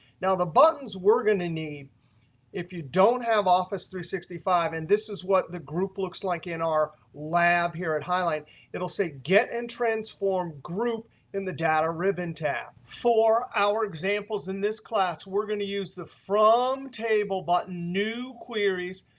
now, the buttons we're going to need if you don't have office three hundred and sixty five and this is what the group looks like in our lab here at highline it'll say get and transform group in the data ribbon tab. for our examples in this class, we're going to use the from table button, new queries,